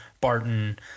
Barton